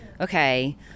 okay